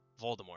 Voldemort